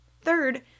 Third